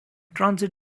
transit